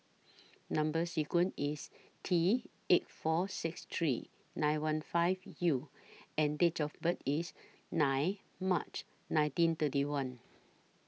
Number sequence IS T eight four six three nine one five U and Date of birth IS nine March nineteen thirty one